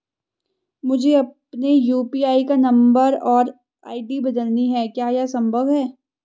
मुझे अपने यु.पी.आई का नम्बर और आई.डी बदलनी है क्या यह संभव है?